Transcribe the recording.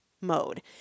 mode